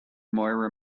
moira